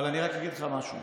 אבל אני רק אגיד לך משהו.